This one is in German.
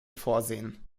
vorsehen